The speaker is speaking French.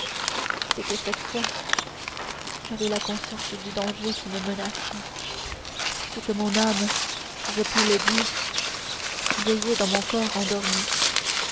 c'est que cette fois j'avais la conscience du danger qui me menaçait c'est que mon âme je puis le dire veillait dans mon corps endormi